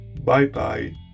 Bye-bye